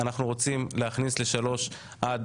אנחנו רוצים להכניס מצלמות גם לגילאי שלוש עד